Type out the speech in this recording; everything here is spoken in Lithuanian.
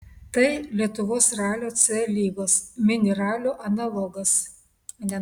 tai lietuvos ralio c lygos mini ralio analogas